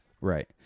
Right